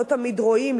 לא תמיד רואים,